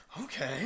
okay